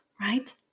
right